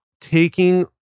taking